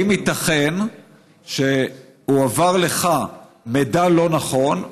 האם ייתכן שהועבר לך מידע לא נכון,